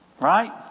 right